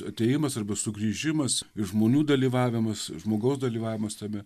atėjimas arba sugrįžimas ir žmonių dalyvavimas žmogaus dalyvavimas tame